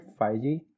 5G